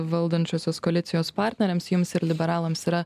valdančiosios koalicijos partneriams jums ir liberalams yra